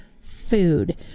food